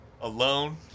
Alone